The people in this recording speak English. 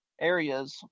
areas